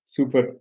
Super